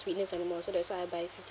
sweetness anymore so that's why I buy fifty